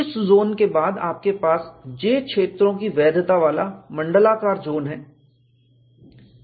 इस जोन के बाद आपके पास J क्षेत्रों की वैधता वाला मंडलाकार जोन है